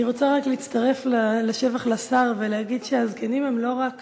אני רוצה להצטרף לשבח לשר ולהגיד שהזקנים הם לא רק